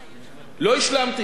אמרתי: אני מבקש לראות,